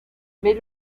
mais